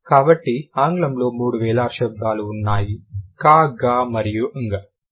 కాబట్టి ఆంగ్లంలో మూడు వేలార్ శబ్దాలు ఉన్నాయి ka ga మరియు ng